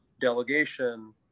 delegation